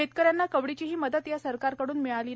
शेतकऱ्यांना कवडीचीही मदत या सरकारकडून मिळाली नाही